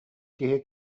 киһи